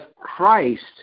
Christ